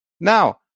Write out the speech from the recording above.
Now